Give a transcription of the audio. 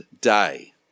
day